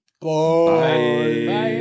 Bye